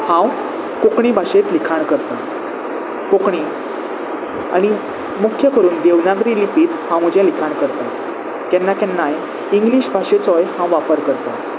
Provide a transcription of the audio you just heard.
हांव कोंकणी भाशेंत लिखाण करतां कोंकणी आनी मुख्य करून देवनागरी लिपींत हांव म्हजें लिखाण करतां केन्ना केन्नाय इंग्लीश भाशेचोय हांव वापर करतां